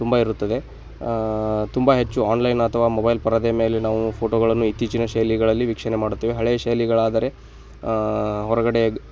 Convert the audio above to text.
ತುಂಬ ಇರುತ್ತದೆ ತುಂಬ ಹೆಚ್ಚು ಆಣ್ಲೈನ್ ಅಥವಾ ಮೊಬೈಲ್ ಪರದೆ ಮೇಲೆ ನಾವು ಫೋಟೋಗಳನ್ನು ಇತ್ತೀಚಿನ ಶೈಲಿಗಳಲ್ಲಿ ವೀಕ್ಷಣೆ ಮಾಡುತ್ತೇವೆ ಹಳೆಯ ಶೈಲಿಗಳಾದರೆ ಹೊರ್ಗಡೆಗೆ